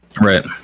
right